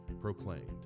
proclaimed